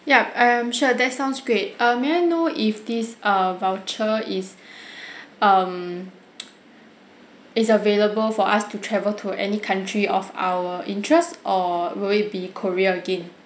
yup um sure that sounds great uh may I know if this err voucher is um is available for us to travel to any country of our interest or will it be korea again